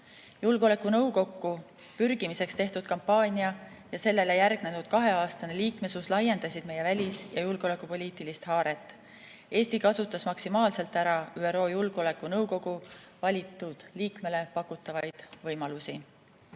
Julgeolekunõukokku pürgimiseks tehtud kampaania ja sellele järgnenud kaheaastane liikmesus laiendasid meie välis‑ ja julgeolekupoliitilist haaret. Eesti kasutas maksimaalselt ära ÜRO Julgeolekunõukogu valitud liikmele pakutavaid võimalusi.